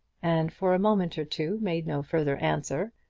and for a moment or two made no further answer.